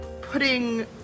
putting